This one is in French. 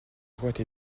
boîte